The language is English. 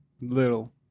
Little